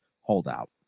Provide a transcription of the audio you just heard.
holdout